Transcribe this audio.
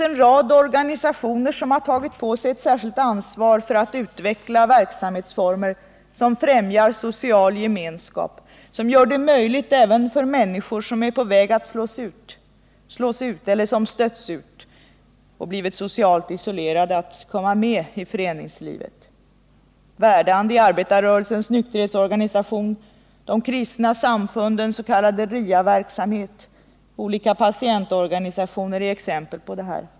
En rad organisationer har tagit på sig ett särskilt ansvar för att utveckla verksamhetsformer, som främjar social gemenskap och gör det möjligt även för människor som är på väg att slås ut eller som har stötts ut och blivit socialt isolerade att komma med i föreningslivet. Verdandi — arbetarrörelsens nykterhetsorganisation — de kristna samfundens s.k. RIA verksamhet och olika patientorganisationer är exempel på detta.